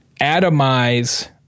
atomize